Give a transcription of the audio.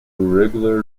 regular